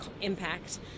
impact